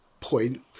point